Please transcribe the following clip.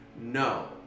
no